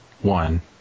one